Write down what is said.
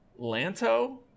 Lanto